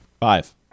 Five